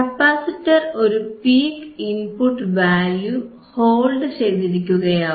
capacitor ഒരു peak input value hold ചെയ്തിരിക്കുകയാവും